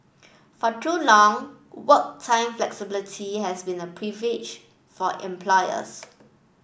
for too long work time flexibility has been a for employers